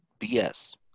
BS